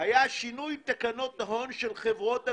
"היה שינוי תקנות ההון של חברות הביטוח.